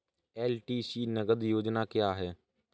LTC नगद योजना क्या है?